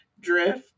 drift